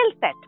set